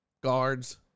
guards